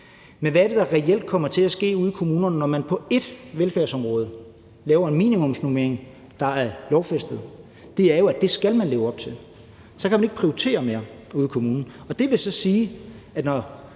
Men hvad er det, der reelt kommer til at ske ude i kommunerne, når man på ét velfærdsområde laver en minimumsnormering, der er lovfæstet? Det er jo, at det skal man leve op til; man kan ikke prioritere mere ude i kommunen. Og når man på et